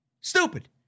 Stupid